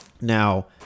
Now